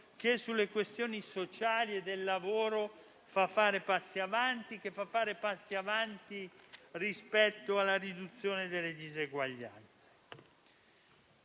che, sulle questioni sociali e del lavoro, fa fare passi avanti rispetto alla riduzione delle diseguaglianze.